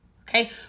Okay